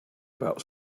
about